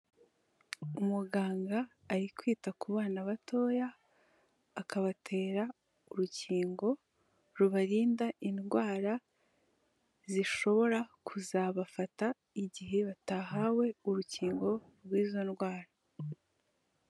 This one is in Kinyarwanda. Umuganga ari kwita ku bana batoya, akabatera urukingo rubarinda indwara, zishobora kuzabafata, igihe batahawe urukingo rw'izo ndwara.